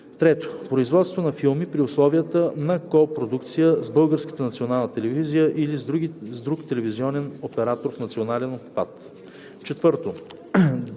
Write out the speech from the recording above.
3. производство на филми при условията на копродукция с Българската национална телевизия или с друг телевизионен оператор с национален обхват; 4.